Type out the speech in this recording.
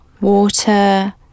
Water